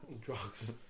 drugs